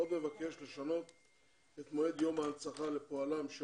עוד מבקש לשנות את מועד יום ההנצחה לפועלם של